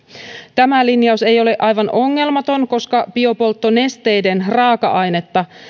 tämä linjaus ei ole aivan ongelmaton koska biopolttonesteiden raaka ainetta